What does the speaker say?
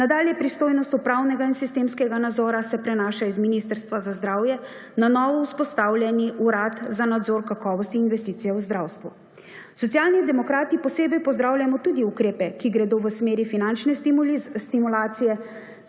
Nadalje, pristojnost upravnega in sistemskega nadzora se prenaša z Ministrstva za zdravje na novo vzpostavljeni Urad za nadzor kakovosti in investicije v zdravstvu. Socialni demokrati posebej pozdravljamo tudi ukrepe, ki gredo v smeri finančne stimulacije